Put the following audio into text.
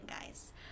guys